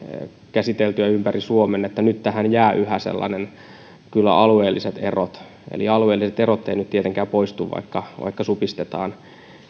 käsiteltyä ympäri suomen nyt tähän jää kyllä yhä sellaiset alueelliset erot eli alueelliset erot eivät nyt tietenkään poistu vaikka vaikka supistetaan